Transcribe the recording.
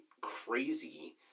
crazy